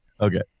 Okay